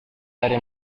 dari